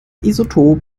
isotop